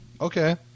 Okay